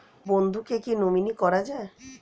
বন্ধুকে কী নমিনি করা যায়?